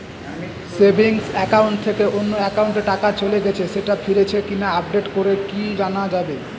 Savings account থেকে অন্য একাউন্টে টাকা চলে গেছে সেটা ফিরেছে কিনা আপডেট করে কি জানা যাবে?